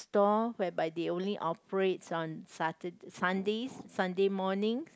store whereby they only operates on Satur~ Sundays Sunday morning